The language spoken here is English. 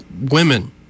women